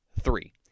Three